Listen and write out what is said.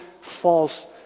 false